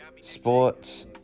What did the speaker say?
sports